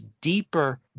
deeper